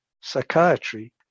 psychiatry